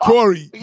Corey